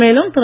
மேலும் திரு